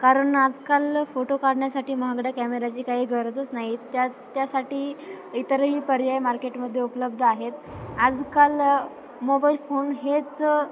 कारण आजकाल फोटो काढण्यासाठी महागड्या कॅमेऱ्याची काही गरजच नाही त्या त्यासाठी इतरही पर्याय मार्केटमध्ये उपलब्ध आहेत आजकाल मोबाईल फोन हेच